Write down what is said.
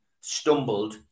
stumbled